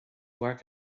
work